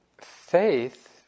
faith